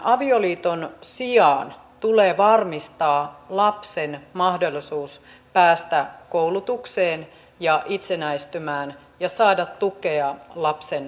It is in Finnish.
avioliiton sijaan tulee varmistaa lapsen mahdollisuus päästä koulutukseen ja itsenäistymään ja saada tukea lapsen kasvatukseen